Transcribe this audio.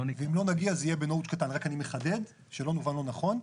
רק אני מחדד שלא נובן לא נכון,